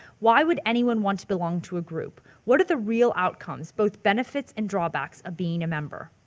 why would anyone want to belong to a group? what are the real outcomes, both benefits and drawbacks of being a member?